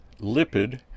lipid